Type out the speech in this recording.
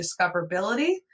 discoverability